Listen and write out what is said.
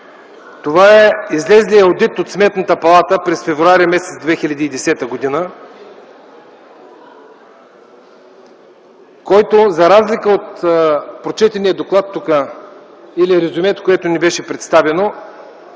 Това е излезлият одит от Сметната палата през м. февруари 2010 г., в който, за разлика от прочетения доклад или резюмето, което ни беше представено,